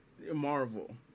Marvel